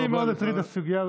אותי מטרידה הסוגיה,